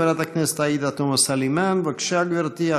חברת הכנסת עאידה תומא סלימאן, בבקשה, גברתי.